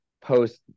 post